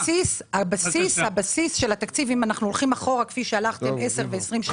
אם אנחנו הולכים אחורה 10 ו-20 שנה,